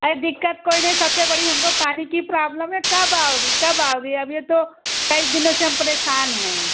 अरे दिक़्क़त कोई नहीं सबसे बड़ी हमको पानी की प्रॉब्लम है कब आओगी कब आओगी अब यह तो कई दिनों से हम परेशान हैं